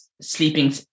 sleeping